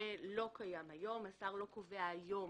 זה לא קיים היום, השר לא קובע היום